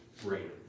greater